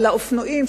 האופנועים,